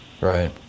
Right